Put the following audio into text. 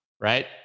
right